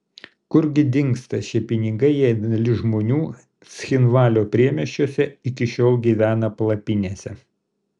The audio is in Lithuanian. kur gi dingsta šie pinigai jei dalis žmonių cchinvalio priemiesčiuose iki šiol gyvena palapinėse